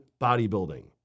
bodybuilding